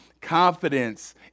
confidence